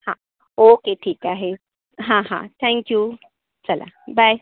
हां ओके ठीक आहे हां हां थँक यू चला बाय